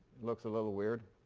looks a little weird.